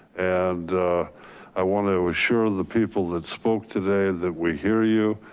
and i want to assure the people that spoke today that we hear you,